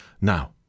Now